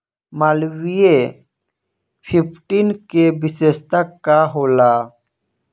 Malviya fifteen के विशेषता का होला?